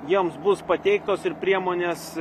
jiems bus pateiktos ir priemonės